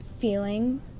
feeling